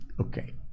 okay